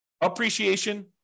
appreciation